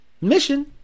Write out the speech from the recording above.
Mission